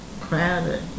crowded